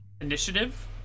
Initiative